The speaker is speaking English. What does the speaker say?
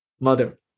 Mother